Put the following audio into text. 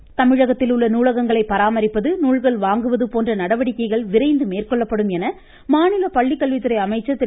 செங்கோட்டையன் தமிழகத்தில் உள்ள நூலகங்களை பராமரிப்பது நூல்கள் வாங்குவது போன்ற நடவடிக்கைகள் விரைந்து மேற்கொள்ளப்படும் என மாநில பள்ளிக்கல்வி துறை அமைச்சர் திரு